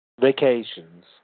vacations